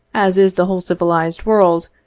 as is the whole civilized world,